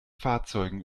fahrzeugen